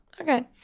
Okay